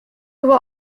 will